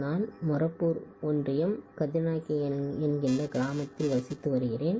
நான் மொரப்பூர் ஒன்றியம் கதிர்நாயக்கன்பட்டி என்கிற கிராமத்தில் வசித்து வருகிறேன்